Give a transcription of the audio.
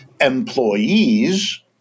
employees